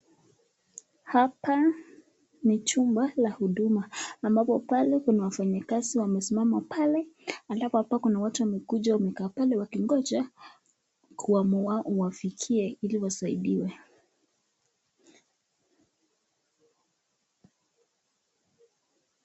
Hapa ni chumba la huduma, ambapo pale kuna wafanyikazi wamesimama pale, halafu hapa kuna watu wamekuja wamekaa pale wakingoja kwa awamu wafikiwe ili wasaidiwe.